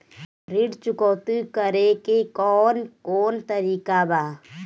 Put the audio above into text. ऋण चुकौती करेके कौन कोन तरीका बा?